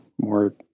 more